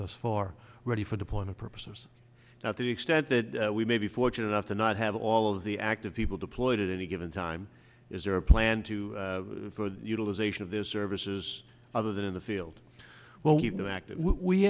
thus far ready for the point of purposes now to the extent that we may be fortunate enough to not have all of the active people deployed at any given time is there a plan to further utilization of their services other than in the field well we